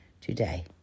today